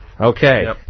Okay